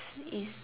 is